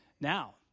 Now